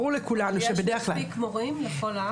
ויש מספיק מורים לכל הארץ?